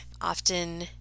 Often